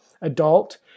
adult